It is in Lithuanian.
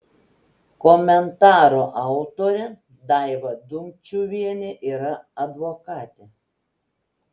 komentaro autorė daiva dumčiuvienė yra advokatė